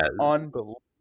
unbelievable